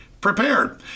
prepared